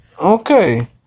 Okay